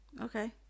Okay